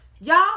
Y'all